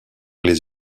les